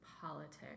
politics